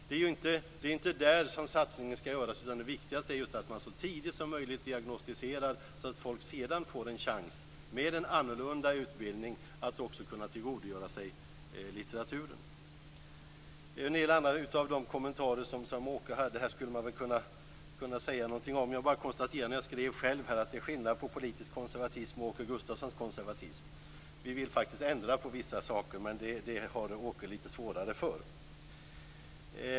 Det är inte där som satsningen skall göras, utan det viktigaste är att man så tidigt som möjligt diagnostiserar så att folk sedan får en chans att med en annorlunda utbildning kunna tillgodogöra sig litteraturen. En del andra av de kommentarer som Åke Gustavsson gjorde skulle jag också kunna säga någonting om. Jag bara konstaterar att det är skillnad på politisk konservatism och Åke Gustafssons konservatism. Vi vill faktiskt ändra på vissa saker, men det har han svårare för.